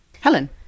Helen